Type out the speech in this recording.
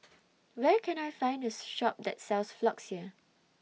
Where Can I Find A Shop that sells Floxia